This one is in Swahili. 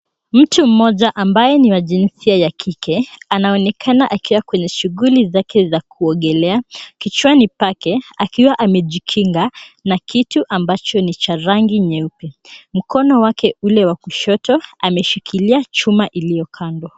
Mtu mmoja ambaye ni wa jinsia ya kike anaonekana akiwa kwenye shughuli zake za kuogelea. Kichwani pake akiwa amejikinga na kitu ambacho ni cha rangi nyeupe. Mkono wake wa kushoto ameshikiia chuma ilio kando.